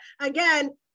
again